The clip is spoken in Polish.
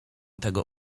tego